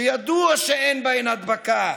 שידוע שאין בהן הדבקה.